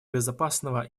безопасного